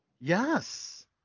Yes